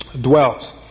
dwells